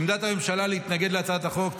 עמדת הממשלה להתנגד להצעת החוק.